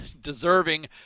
deserving